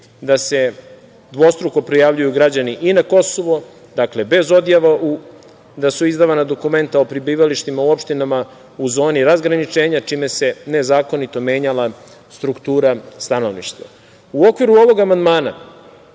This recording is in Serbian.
da se dvostruko prijavljuju građani i na Kosovo, dakle, bez odjava da su izdavana dokumenta o prebivalištima u opštinama u zoni razgraničenja čime se nezakonito menjala struktura stanovništva.U okviru ovog amandmana,